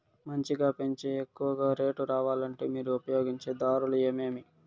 మంచిగా పెంచే ఎక్కువగా రేటు రావాలంటే మీరు ఉపయోగించే దారులు ఎమిమీ?